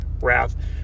wrath